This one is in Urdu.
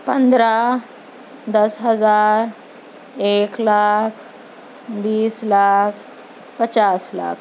پندرہ دس ہزار ایک لاکھ بیس لاکھ پچاس لاکھ